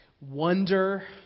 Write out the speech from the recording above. wonder